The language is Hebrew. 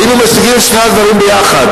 היינו משיגים את שני הדברים יחד: